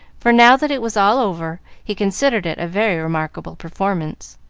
for, now that it was all over, he considered it a very remarkable performance.